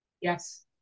Yes